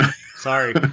Sorry